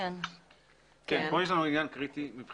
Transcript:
מבחינתנו יש עניין קריטי.